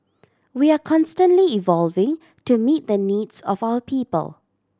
we are constantly evolving to meet the needs of our people